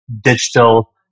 digital